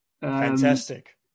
Fantastic